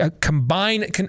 combine